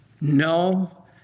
No